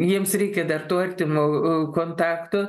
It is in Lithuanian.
jiems reikia dar to artimo kontakto